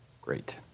Great